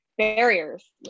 barriers